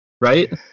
right